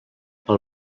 pel